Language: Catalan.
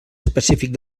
específic